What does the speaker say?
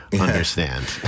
understand